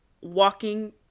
walking